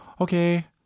okay